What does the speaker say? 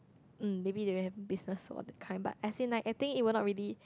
mm maybe they will have business for the kind but as in like I think it will not really